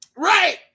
right